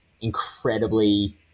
incredibly